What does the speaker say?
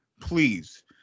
please